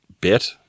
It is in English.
bit